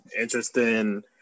interesting